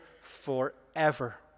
forever